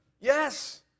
Yes